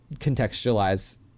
contextualize